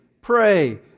pray